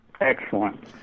excellent